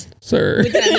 Sir